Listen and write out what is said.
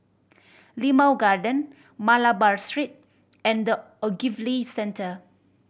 Limau Garden Malabar Street and The Ogilvy Centre